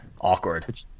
Awkward